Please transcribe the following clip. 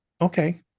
okay